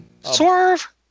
Swerve